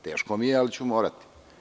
Teško mi je ali ću morati.